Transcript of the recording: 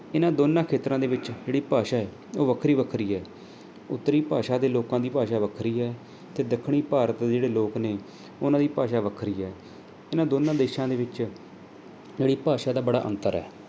ਇਹਨਾਂ ਦੋਨਾਂ ਖੇਤਰਾਂ ਦੇ ਵਿੱਚ ਜਿਹੜੀ ਭਾਸ਼ਾ ਹੈ ਉਹ ਵੱਖਰੀ ਵੱਖਰੀ ਹੈ ਉੱਤਰੀ ਭਾਸ਼ਾ ਦੇ ਲੋਕਾਂ ਦੀ ਭਾਸ਼ਾ ਵੱਖਰੀ ਹੈ 'ਤੇ ਦੱਖਣੀ ਭਾਰਤ ਦੇ ਜਿਹੜੇ ਲੋਕ ਨੇ ਉਹਨਾਂ ਦੀ ਭਾਸ਼ਾ ਵੱਖਰੀ ਹੈ ਇਹਨਾਂ ਦੋਨਾਂ ਦੇਸ਼ਾਂ ਦੇ ਵਿੱਚ ਜਿਹੜੀ ਭਾਸ਼ਾ ਦਾ ਬੜਾ ਅੰਤਰ ਹੈ